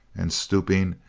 and stooping,